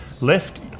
Left